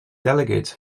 delegates